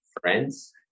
friends